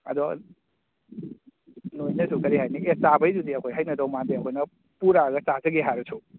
ꯑꯗꯣ ꯆꯕꯩꯗꯨꯗꯤ ꯑꯩꯈꯣꯏ ꯍꯩꯅꯗꯧ ꯃꯥꯟꯗꯦ ꯑꯩꯈꯣꯏꯅ ꯄꯨꯔꯛꯑꯒ ꯆꯥꯖꯒꯦ ꯍꯥꯏꯔꯁꯨ